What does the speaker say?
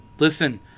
Listen